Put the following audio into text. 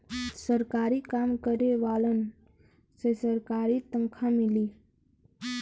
सरकारी काम करे वालन के सरकारी तनखा मिली